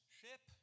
ship